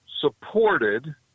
supported